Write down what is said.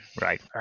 right